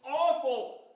awful